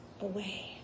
away